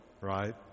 right